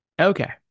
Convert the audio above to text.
Okay